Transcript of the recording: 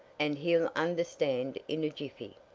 and he'll understand in a jiffy!